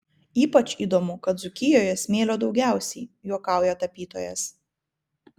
ypač įdomu kad dzūkijoje smėlio daugiausiai juokauja tapytojas